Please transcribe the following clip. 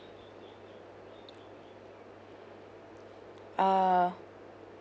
ah